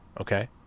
Okay